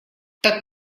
так